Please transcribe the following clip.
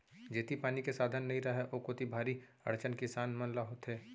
जेती पानी के साधन नइ रहय ओ कोती भारी अड़चन किसान मन ल होथे